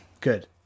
good